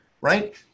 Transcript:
right